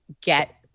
get